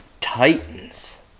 Titans